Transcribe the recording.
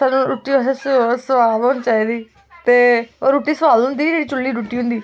सानू रुट्टी असें सोआद होनी चाहिदी ते ओह् रुट्टी सोआद होंदी जेह्ड़ी चुल्ली दी रुट्टी होंदी